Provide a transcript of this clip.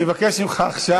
אני מבקש ממך עכשיו,